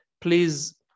Please